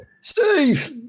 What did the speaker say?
Steve